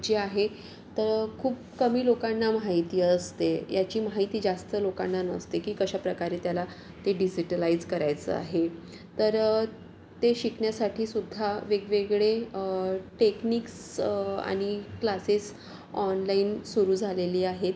जे आहे तर खूप कमी लोकांना माहिती असते ह्याची माहिती जास्त लोकांना नसते की कशाप्रकारे त्याला ते डिजिटलाइज करायचं आहे तर ते शिकण्यासाठी सुद्धा वेगवेगळे टेक्निक्स आणि क्लासेस ऑनलाइन सुरू झालेली आहे